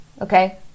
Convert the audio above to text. okay